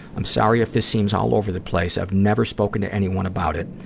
i'm sorry if this seems all over the place. i've never spoken to anyone about it.